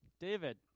David